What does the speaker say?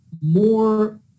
more